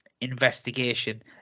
investigation